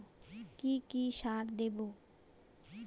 কি কি সার দেবো?